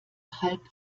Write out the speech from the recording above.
halb